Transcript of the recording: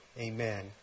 Amen